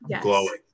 Glowing